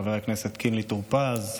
חבר הכנסת קינלי טור פז,